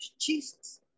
Jesus